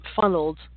funneled